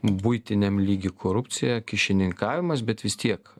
buitiniam lygy korupcija kyšininkavimas bet vis tiek